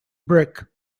brick